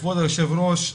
כבוד היושב-ראש,